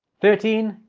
thirteen.